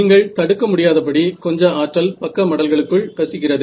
நீங்கள் தடுக்க முடியாதபடி கொஞ்ச ஆற்றல் பக்க மடல்களுக்குள் கசிகிறது